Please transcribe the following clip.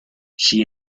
she